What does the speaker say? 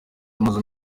amazu